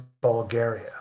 bulgaria